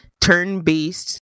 turn-based